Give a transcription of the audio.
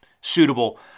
suitable